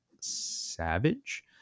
savage